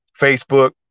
facebook